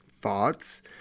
thoughts